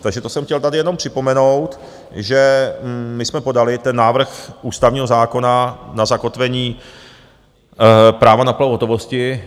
Takže to jsem chtěl tady jenom připomenout, že my jsme podali ten návrh Ústavního zákona na zakotvení práva na platbu v hotovosti.